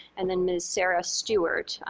and then ms. sarah stuart,